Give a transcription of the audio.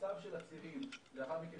לאחר מכן